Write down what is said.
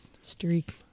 streak